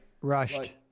Rushed